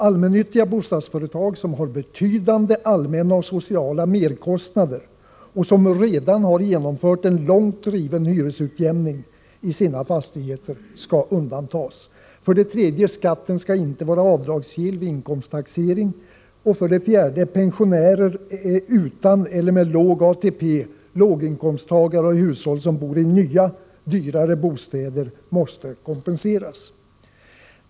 Allmännyttiga bostadsföretag, som har betydande allmänna och sociala merkostnader och som redan genomfört en långt driven hyresutjämning i sina fastigheter, skall undantas. 3. Skatten skall inte vara avdragsgill vid inkomsttaxering. 4. Pensionärer utan eller med låg ATP, låginkomsttagare och hushåll som bor i nya, dyrare bostäder måste kompenseras.